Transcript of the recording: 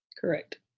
Correct